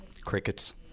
Crickets